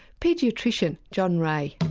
paediatrician john wray.